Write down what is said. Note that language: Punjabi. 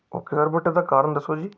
ਓਕੇ ਸਰ ਬਟ ਇਹਦਾ ਕਾਰਨ ਦੱਸੋ ਜੀ